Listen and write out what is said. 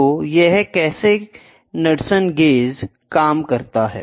तो यह कैसे नॉड्सन गेज काम करता है